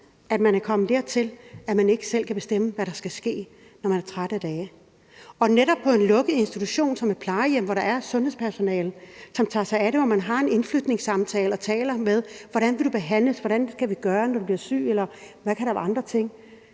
er kommet dertil, at man ikke selv kan bestemme, hvad der skal ske, når man er træt og mæt af dage. Og netop på en lukket institution som et plejehjem, hvor der er sundhedspersonale, som tager sig af det, og hvor man har en indflytningssamtale om, hvordan man vil behandles, og hvad der skal gøres, når man bliver syg, eller hvad der kan gøres af andre ting,